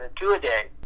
two-a-day